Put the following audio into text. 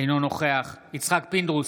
אינו נוכח יצחק פינדרוס,